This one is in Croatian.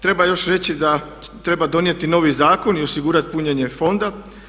Treba još reći da treba donijeti novi zakon i osigurati punjenje fonda.